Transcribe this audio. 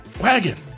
wagon